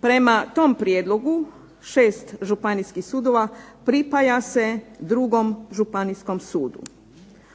Prema tom prijedlogu šest županijskih sudova pripaja se drugom županijskom sudu.